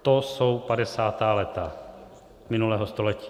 To jsou padesátá léta minulého století.